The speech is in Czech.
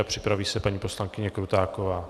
Připraví se paní poslankyně Krutáková.